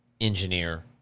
engineer